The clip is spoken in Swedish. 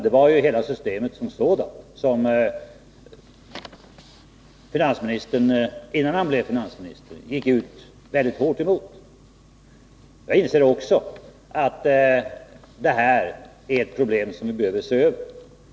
Det var ju hela systemet som sådant som finansministern, innan han blev finansminister, kraftigt argumenterade emot. Jag inser också att det här är ett problem som vi behöver se över.